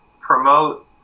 promote